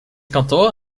kantoor